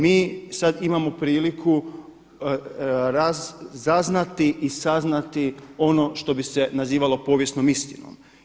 Mi sada imamo priliku razaznati i saznati ono što bi se nazivalo povijesnom istinom.